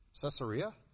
Caesarea